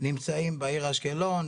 נמצאים בעיר אשקלון,